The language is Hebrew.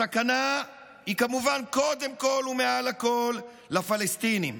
הסכנה היא כמובן קודם כול ומעל הכול לפלסטינים,